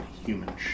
human